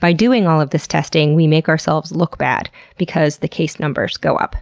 by doing all of this testing, we make ourselves look bad because the case numbers go up.